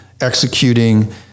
executing